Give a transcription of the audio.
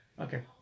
Okay